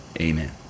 amen